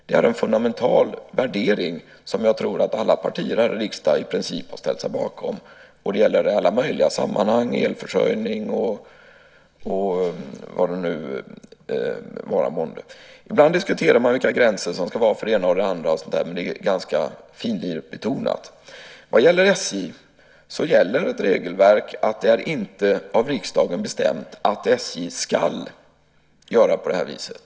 Det är en fundamental värdering som jag tror att alla partier här i riksdagen i princip har ställt sig bakom. Det gäller i alla möjliga sammanhang, elförsörjning och vad det nu vara månde. Ibland diskuterar man vilka gränser som ska gälla för det ena och det andra, men det är ganska finlirbetonat. I fallet SJ gäller ett regelverk där det inte är av riksdagen bestämt att SJ ska göra på det här viset.